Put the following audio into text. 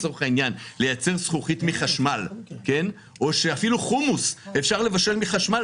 לצורך העניין לייצר זכוכית מחשמל או שאפילו חומוס אפשר לבשל על חשמל,